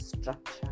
structure